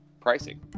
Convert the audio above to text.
pricing